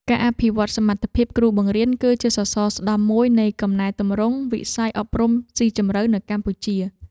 ការអភិវឌ្ឍន៍សមត្ថភាពគ្រូបង្រៀនគឺជាសសរស្តម្ភមួយនៃកំណែទម្រង់វិស័យអប់រំស៊ីជម្រៅនៅកម្ពុជា។